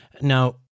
Now